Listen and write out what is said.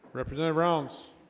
represented rounds